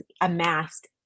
amassed